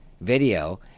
video